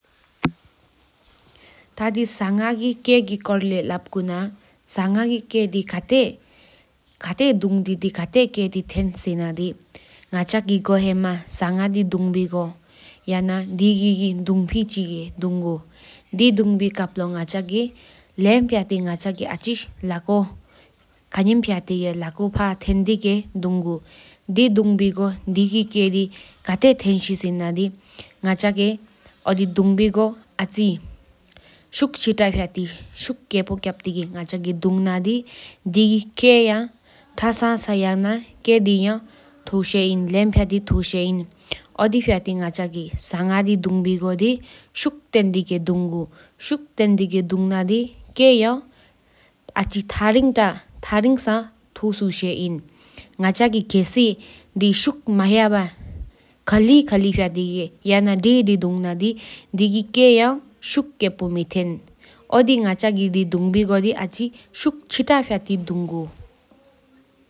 ཐ་དེ་སང་ག་ ཀེ་གི་སྐོར་ལས་ཤུ་ན་སང་གི་ཀེ་དེ་ཀ་དེ་དུང་དཱ་ཐེནསེ་སེ་ན་ང་ཅ་གི་གོའི་ཧེ་མ་སང་ག་དེ་དུང་བི་ཡང་བ་དེ། དུང་ཕི་ཅི་གི་དུང་གུ་དེ་དུང་བི་ཀ་བ་ལོ་ང་ཅ་གི་ལེམ་ཕྱྟི་ཨ་ཅི་ལ་ཀོ་ཤུག་ཏེན་དི་དུང་གུ་དེ་དུང་བི་གོ་དི་གི་ཀེ་དེ་ཁ་ཏེ་ཐེནསེ་སེ་ན་ང་ཅ་གི་ཡོ་དི་དུང་བི་གོ་ཨ་ཅི་ཤུག་ཀེ་ཕོ་སྦུ་ཐི་དུང་ན་དེ་སེ་གི་ཀེ་ཡ་ཐ་ས་ས་ཡང་ན་ལེམ་ཐུ་སྥེ་ཨིན། ཡོ་དི་ཕྱྟི་ངོ་ཅ་གི་སང་ག་དེ་དུང་བི་གོ་དི་ཤུག་ཏེན་དི་གི་དུང་གུ། ཤུག་ཏེན་དི་གི་དུང་ན་དེ་ཀེ་ཨ་ཅི་ཐ་རིང་ཏ་ཐ་རིང་ས་ཐུ་སྥེ་ཨིན། ང་ཅ་གི་ཁསི་དེ་ཤུག་མ་ཡ་བ་ཁ་ལི་ཁ་ལི་ཕྱྟི་དུང་ན་ཡ་ན་དི་དི་ཕྱྟི་དུང་ན་དེ་གི་ཀེ་ཡ་ཤུག་ཀེ་ཕོ་མེཐེན་ཡོ་དི་ང་ཅ་གི་དུང་བི་ག་ཤུག་ཅི་ཏ་ཕྱྟི་དུང་གུ།